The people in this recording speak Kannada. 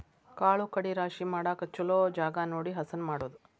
ಕಾಳು ಕಡಿ ರಾಶಿ ಮಾಡಾಕ ಚುಲೊ ಜಗಾ ನೋಡಿ ಹಸನ ಮಾಡುದು